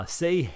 say